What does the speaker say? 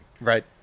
Right